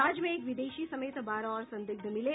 राज्य में एक विदेशी समेत बारह और संदिग्ध मिले